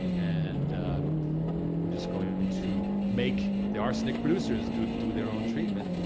and we're just going to make the arsenic producers do do their own treatment,